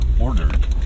ordered